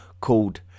called